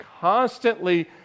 constantly